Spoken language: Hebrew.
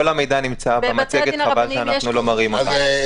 כל המידע נמצא במצגת, חבל שאנחנו לא מראים אותה.